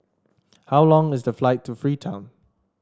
how long is the flight to Freetown